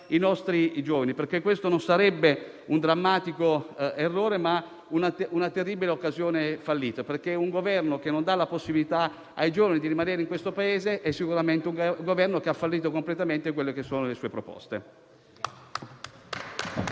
i nostri giovani. Questo non sarebbe un drammatico errore, ma una terribile occasione fallita, perché un Governo che non dà la possibilità ai giovani di rimanere in questo Paese di sicuro ha fallito completamente con le sue proposte.